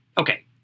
Okay